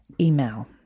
email